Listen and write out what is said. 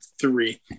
three